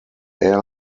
air